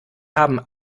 haben